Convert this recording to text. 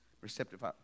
receptive